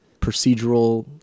procedural